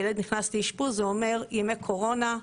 הילד נכנס לאשפוז, זה אומר ימי קורונה,